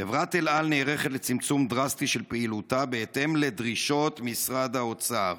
"חברת אל על נערכת לצמצום דרסטי של פעילותה בהתאם לדרישות משרד האוצר".